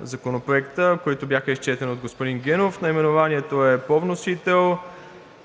Законопроекта, които бяха изчетени от господин Генов – наименованието е по вносител,